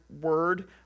word